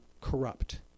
corrupt